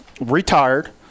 retired